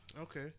Okay